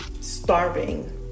starving